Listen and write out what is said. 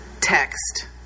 text